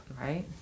right